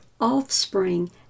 offspring